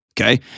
Okay